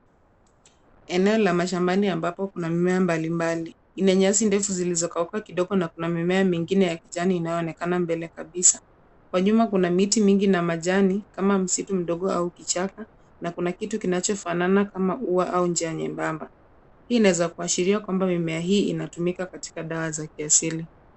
Eneo la mashambani ambapo kuna mimea mbalimbali, ina nyasi ndefu zilizokauka kidogo, na kuna mimea mingine ya kijani, inayoonekana mbele kabisa. Kwa nyuma kuna miti mingi na majani, kama msitu mdogo au kichaka, na kuna kitu kinachofanana kama ua, au jani nyembamba, hii inaweza kuashiria kwamba mimea hii inatumika katika dawa za kiasili.